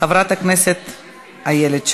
חברת הכנסת איילת,